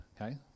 okay